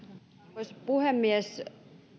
arvoisa puhemies